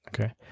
Okay